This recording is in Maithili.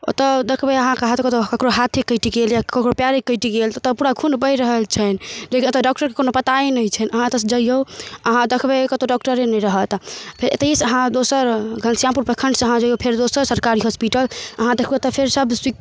ओतऽ देखबै अहाँके हैत कतहु ककरो हाथे कटि गेल या ककरो पाएरे कटि गेल तऽ ओतऽ पूरा खून बहि रहल छनि लेकिन ओतऽ डॉक्टरके कोनो पते नहि छनि अहाँ एतऽसँ जाइऔ अहाँ देखबै कतहु डॉक्टरे नहि रहत फेर एतहिसँ अहाँ दोसर घनश्यामपुर प्रखण्डसँ अहाँ जइऔ फेर दोसर सरकारी हॉस्पिटल अहाँ देखबै ओतऽ फेर सब